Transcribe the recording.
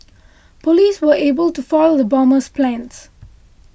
police were able to foil the bomber's plans